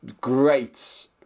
great